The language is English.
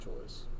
choice